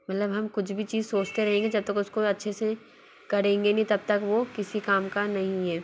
मतलब हम कुछ भी चीज़ सोचते रहेंगे जब तक उसको अच्छे से करेंगे नहीं तब तक वो किसी काम का नहीं है